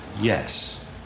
yes